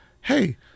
hey